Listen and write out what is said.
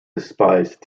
despised